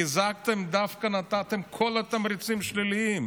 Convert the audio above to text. חיזקתם, דווקא נתתם את כל התמריצים השליליים,